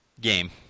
Game